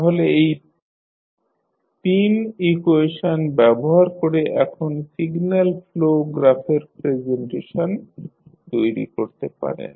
তাহলে এই 3 ইকুয়েশন ব্যবহার করে এখন সিগন্যাল ফ্লো গ্রাফের প্রেজেন্টেশন তৈরি করতে পারেন